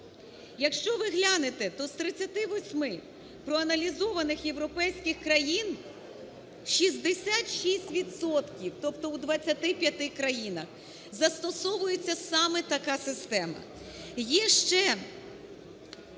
Якщо ви глянете, то з 38 проаналізованих європейських країн 66 відсотків, тобто у 25 країнах, застосовується саме така система.